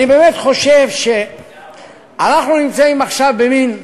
אני באמת חושב שאנחנו נמצאים עכשיו במין קרקס.